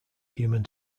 human